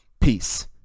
peace